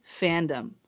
fandom